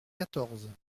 quatorze